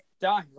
die